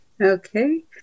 Okay